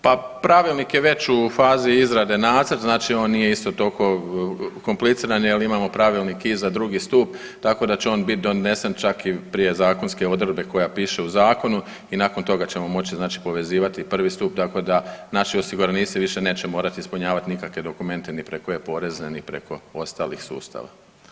Pa pravilnik je već u fazi izrade nacrt, znači on nije isto toliko kompliciran jer imamo pravilnik i za drugi stup tako da će on biti donesen čak prije zakonske odredbe koja piše u zakonu i nakon toga ćemo moći znači povezivati prvi stup tako da naši osiguranici više neće morati ispunjavati nikakve dokumente ni preko e-porezne ni preko ostalih sustava.